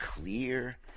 clear